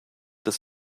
des